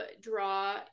draw